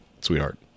sweetheart